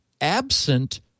absent